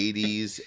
80s